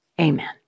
Amen